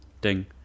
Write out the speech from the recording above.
Ding